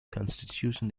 constitution